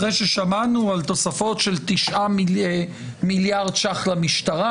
אחרי ששמענו על תוספות של 9 מיליארד שקלים למשטרה,